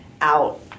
out